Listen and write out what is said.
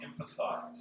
empathize